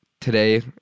today